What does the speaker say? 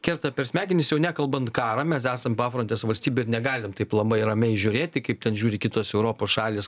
kerta per smegenis jau nekalbant karą mes esam pafrontės valstybė ir negalim taip labai ramiai žiūrėti kaip ten žiūri kitos europos šalys